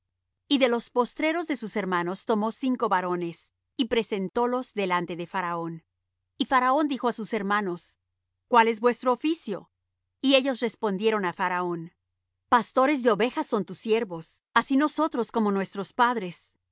y de los postreros de sus hermanos tomó cinco varones y presentólos delante de faraón y faraón dijo á sus hermanos cuál es vuestro oficio y ellos respondieron á faraón pastores de ovejas son tus siervos así nosotros como nuestros padres